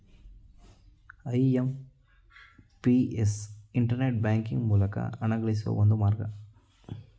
IMPS internet banking ಮೂಲಕ ಹಣಗಳಿಸುವ ಒಂದು ಮಾರ್ಗ